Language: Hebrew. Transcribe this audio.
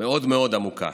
מאוד מאוד עמוקה.